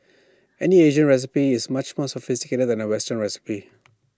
any Asian recipe is much more sophisticated than A western recipe